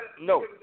no